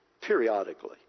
periodically